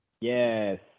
yes